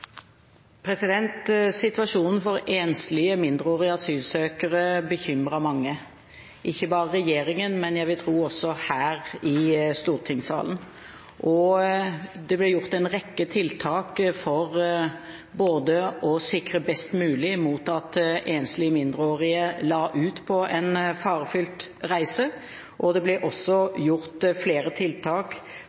Situasjonen for enslige mindreårige asylsøkere bekymrer mange – ikke bare regjeringen, men jeg vil tro også mange her i stortingssalen. Det ble gjort en rekke tiltak for å sikre best mulig at enslige mindreårige lot være å legge ut på en farefull reise. Det ble også gjort flere tiltak